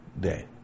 day